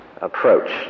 approach